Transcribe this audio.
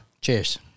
Cheers